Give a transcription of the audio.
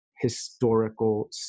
historical